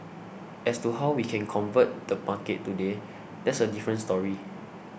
as to how we can convert the market today that's a different story